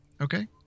Okay